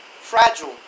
Fragile